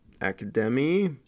Academy